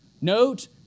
Note